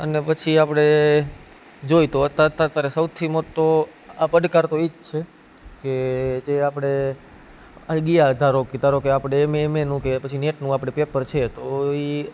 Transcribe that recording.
અને પછી આપણે જોઈએ તો અત્યારે સૌથી મોટો આ પડકાર તો એ જ છે કે જે આપણે અગિયાર ધારો કે ધારો કે આપણે એમએ એમએનું કે પછી નેટનું આપણે પેપર છે તો એ